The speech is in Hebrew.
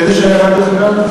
איזו שיירה, דרך אגב?